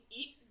eat